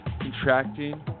contracting